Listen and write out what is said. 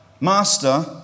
master